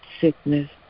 sickness